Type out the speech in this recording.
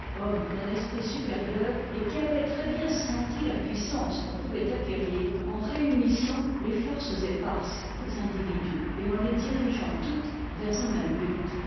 d'un esprit supérieur et qui avait trèsbien senti la puissance qu'on pouvait acquérir en réunissant les forces éparses des individus et en les dirigeant toutes vers un même but